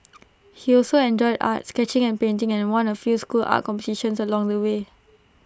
he also enjoyed art sketching and painting and won A few school art competitions along the way